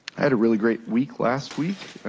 had a really great week last week.